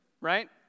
right